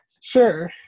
sure